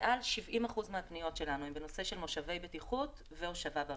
מעל 70 אחוזים מהפניות אלינו הן בנושא של מושבי בטיחות והושבה ברכב.